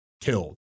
killed